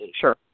sure